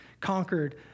conquered